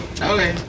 Okay